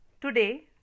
Today